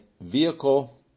vehicle